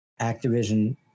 Activision